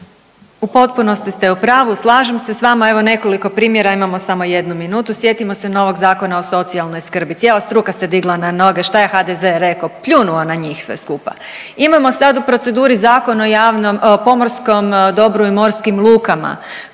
U potpunosti ste u pravu, slažem se s vama. Evo, nekoliko primjera, a imamo samo jednu minutu. Sjetimo se novog Zakona o socijalnoj skrbi. Cijela struka se digla na noge šta je HDZ rekao, pljunuo na njih sve skupa. Imamo sad u proceduri Zakon o pomorskom dobru i morskim lukama